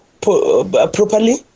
properly